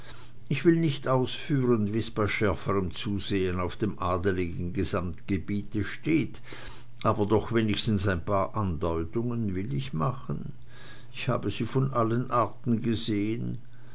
ich will nicht ausführen wie's bei schärferem zusehen auf dem adligen gesamtgebiete steht aber doch wenigstens ein paar andeutungen will ich machen ich habe sie von allen arten gesehen